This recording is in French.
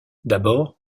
d’abord